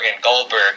Goldberg